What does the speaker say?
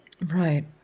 Right